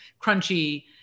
crunchy